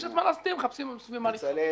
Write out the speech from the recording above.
כשיש מה להסתיר, מחפשים במה להתחבא.